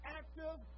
active